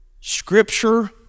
Scripture